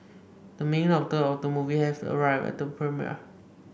the main actor of the movie has arrived at the premiere